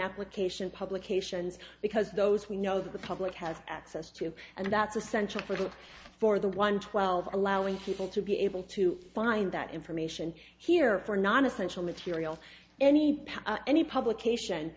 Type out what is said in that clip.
application publications because those we know that the public has access to and that's essential for the for the one twelve allowing people to be able to find that information here for non essential material any path any publication